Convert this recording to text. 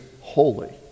holy